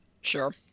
sure